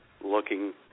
looking